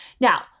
Now